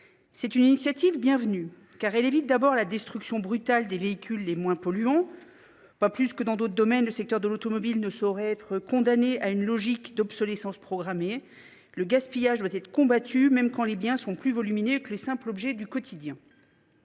Cette initiative est bienvenue, car elle évite la destruction brutale des véhicules les moins polluants. Pas plus que dans d’autres domaines, le secteur de l’automobile ne saurait être condamné à une logique d’obsolescence programmée. Le gaspillage doit être combattu, même quand les biens concernés sont plus volumineux que les simples objets du quotidien.